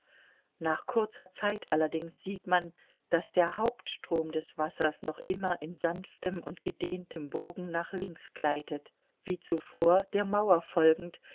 nach kurzer zeit allerdings sieht man daß der hauptstrom des wassers noch immer in sanftem und gedehntem bogen nach links gleitet wie zuvor der mauer folgend